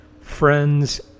friends